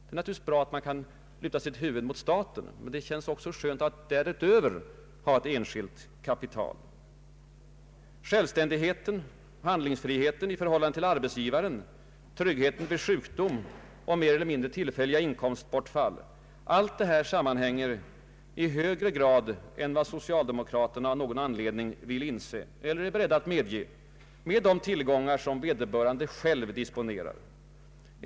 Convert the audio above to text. Det är naturligtvis bra att man kan luta sitt huvud mot staten, men det känns också skönt att därutöver ha ett enskilt kapital. Självständigheten, handlingsfriheten i förhållande till arbetsgivaren, tryggheten vid sjukdom och mer eller mindre tillfälliga inkomstbortfall sammanhänger i högre grad än vad socialdemokraterna av någon anledning vill inse, eller är beredda att medge, med de tillgångar vederbörande själv disponerar.